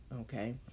okay